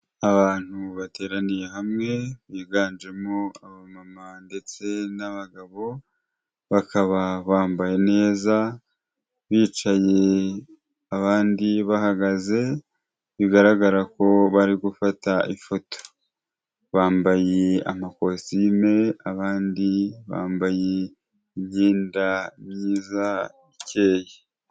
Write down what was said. Abantu bateraniye hamwe, biganjemo abamama ndetse n'abagabo, bakaba bambaye neza, bicaye abandi bahagaze, bigaragara ko bari gufata ifoto. Bambaye amakositime abandi bambaye imyenda myiza ikeye.